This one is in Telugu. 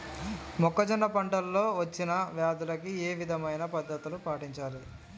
మొక్కజొన్న పంట లో వచ్చిన వ్యాధులకి ఏ విధమైన పద్ధతులు పాటించాలి?